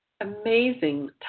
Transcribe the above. amazing